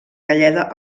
galleda